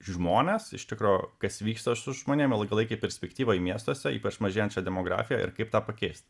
žmonės iš tikro kas vyksta su žmonėm ir ilgalaikėj perspektyvoj miestuose ypač mažėjančia demografija ir kaip tą pakeisti